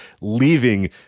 leaving